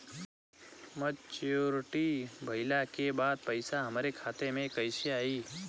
Maturity भईला के बाद पईसा हमरे खाता में कइसे आई?